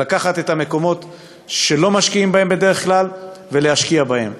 זה לקחת את המקומות שלא משקיעים בהם בדרך כלל ולהשקיע בהם.